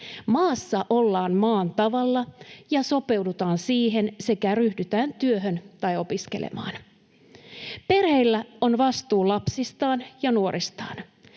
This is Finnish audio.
Maassa ollaan maan tavalla ja sopeudutaan siihen sekä ryhdytään työhön tai opiskelemaan. Perheillä on vastuu lapsistaan ja nuoristaan.